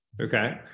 okay